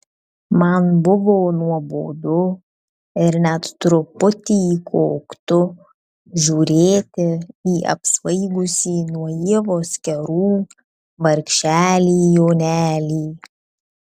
man buvo nuobodu ir net truputį koktu žiūrėti į apsvaigusį nuo ievos kerų vargšelį jonelį